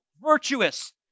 virtuous